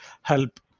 help